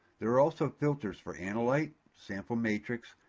there are also filters for analyze, sample matrix,